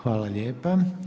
Hvala lijepa.